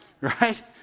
Right